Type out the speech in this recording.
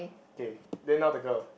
okay then now the girl